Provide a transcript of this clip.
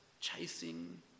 chasing